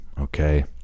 okay